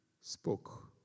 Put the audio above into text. spoke